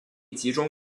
集中